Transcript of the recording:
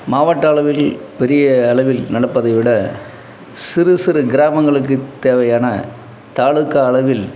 மாவட்ட அளவில் பெரிய அளவில் நடப்பதை விட சிறு சிறு கிராமங்களுக்குத் தேவையான தாலுக்கா அளவில்